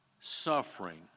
suffering